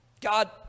God